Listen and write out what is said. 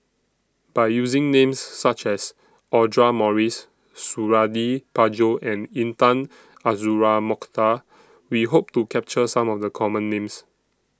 By using Names such as Audra Morrice Suradi Parjo and Intan Azura Mokhtar We Hope to capture Some of The Common Names